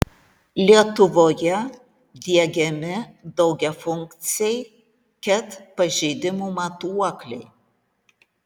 lietuvoje diegiami daugiafunkciai ket pažeidimų matuokliai